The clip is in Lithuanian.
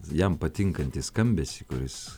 jam patinkantį skambesį kuris